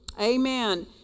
Amen